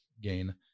gain